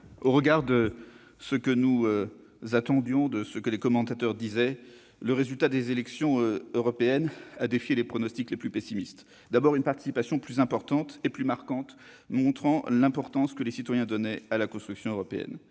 au regard de ce que nous attendions et de ce que les commentateurs annonçaient, le résultat des élections européennes a déjoué les pronostics les plus pessimistes. D'abord, la participation a été plus importante et plus marquante que prévu. Cela montre l'importance que les citoyens accordent à la construction européenne.